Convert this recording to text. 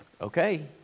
Okay